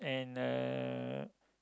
and uh